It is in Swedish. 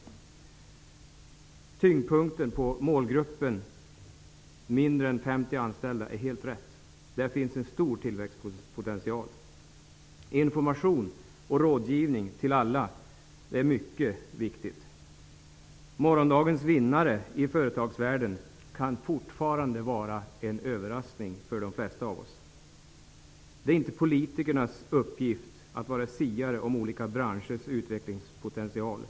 Tanken att tyngdpunkten bör ligga på målgruppen mindre än 50 anställda är helt rätt. I den gruppen finns en stor tillväxtpotential. Det är mycket viktigt med information och rådgivning till alla. Morgondagens vinnare i företagsvärlden kan fortfarande komma att visa sig vara en överraskning för de flesta av oss. Det är inte politikerna uppgift att vara siare om olika branschers utvecklingspotentialer.